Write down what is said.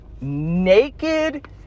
naked